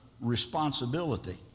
responsibility